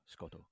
Scotto